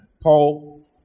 Paul